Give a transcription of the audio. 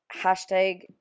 Hashtag